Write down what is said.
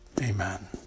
Amen